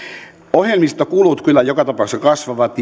ohjelmistokulut kyllä joka tapauksessa kasvavat